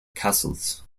castles